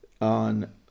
on